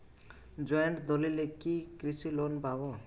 Joint দলিলে কি কৃষি লোন পাব?